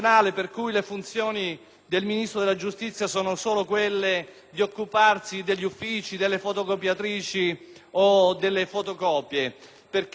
del Ministro della giustizia sono solo quelle di occuparsi degli uffici o delle fotocopiatrici, perché evidentemente